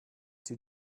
too